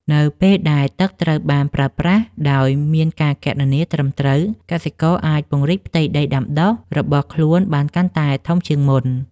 នៅពេលដែលទឹកត្រូវបានប្រើប្រាស់ដោយមានការគណនាត្រឹមត្រូវ កសិករអាចពង្រីកផ្ទៃដីដាំដុះរបស់ខ្លួនបានកាន់តែធំជាងមុន។